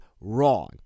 wrong